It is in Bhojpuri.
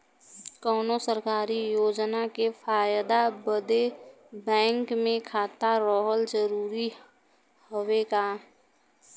कौनो सरकारी योजना के फायदा बदे बैंक मे खाता रहल जरूरी हवे का?